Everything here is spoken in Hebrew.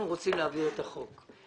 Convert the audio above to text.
אנחנו רוצים להעביר את החוק הזה.